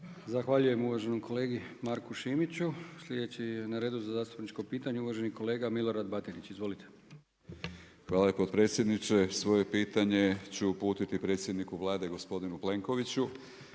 Zahvaljujem uvaženom kolegi Marku Šimiću. Sljedeći je na redu za zastupničko pitanje uvaženi kolega Milorad Batinić. Izvolite. **Batinić, Milorad (HNS)** Hvala potpredsjedniče. Svoje pitanje ću uputiti predsjedniku Vlade gospodinu Plenkoviću,